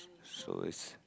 so is